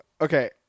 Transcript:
Okay